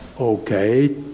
Okay